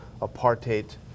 apartheid